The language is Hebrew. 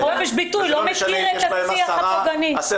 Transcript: חופש ביטוי לא מכיר את השיח הפוגעני.